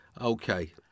Okay